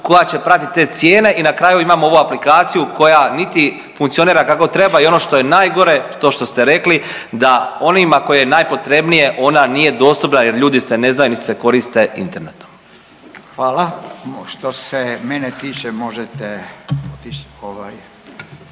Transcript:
koja će pratiti te cijene i na kraju imamo ovu aplikaciju koja niti funkcionira kako treba i ono što je najgore, to što ste rekli da onima koje je najpotrebnije, ona nije dostupna jer ljudi ne znaju i nit se koriste internetom. **Radin, Furio (Nezavisni)** Hvala.